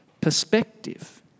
perspective